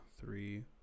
three